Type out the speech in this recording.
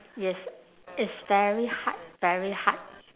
yes it's very hard very hard